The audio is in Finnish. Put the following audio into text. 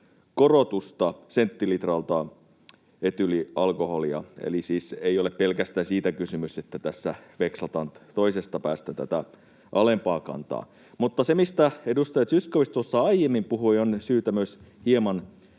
korotusta senttilitralta etyylialkoholia, eli ei siis ole pelkästään siitä kysymys, että tässä vekslataan toisesta päästä tätä alempaa kantaa. Mutta siitä, mistä edustaja Zyskowicz tuossa aiemmin puhui, on syytä myös hieman